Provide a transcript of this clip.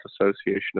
Association